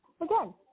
Again